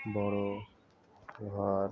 বড় ঘর